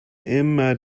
immer